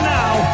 now